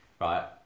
Right